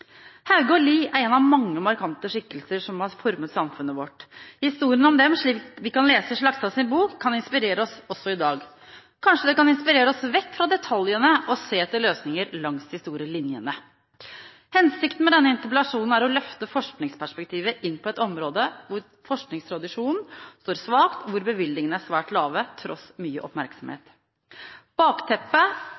er to av mange markante skikkelser som har formet samfunnet vårt. Historien om dem, slik vi kan lese i Slagstads bok, kan inspirere oss også i dag. Kanskje det kan inspirere oss vekk fra detaljene, slik at vi ser etter løsninger langs de store linjene. Hensikten med denne interpellasjonen er å løfte forskningsperspektivet inn på et område hvor forskningstradisjonen står svakt, og hvor bevilgningene er svært lave, tross mye oppmerksomhet.